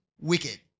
wicked